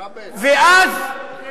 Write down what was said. ואז,